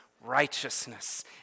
righteousness